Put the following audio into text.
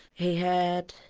he had.